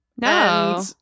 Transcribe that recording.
No